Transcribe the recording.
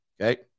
Okay